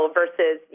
versus